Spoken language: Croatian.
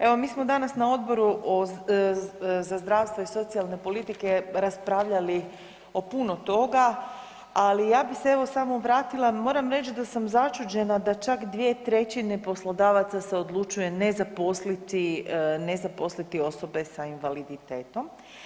Evo mi smo danas na Odboru za zdravstvu i socijalnu politiku raspravljali o puno toga, ali ja bi se evo samo vratila, moram reć da sam začuđena da čak 2/3 poslodavaca se odlučuje ne zaposliti, ne zaposliti osobe sa invaliditetom.